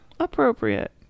appropriate